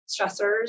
stressors